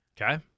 Okay